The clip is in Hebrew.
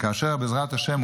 כאשר בעזרת השם,